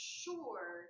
sure